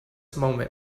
moment